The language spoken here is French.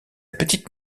petite